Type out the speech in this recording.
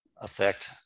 affect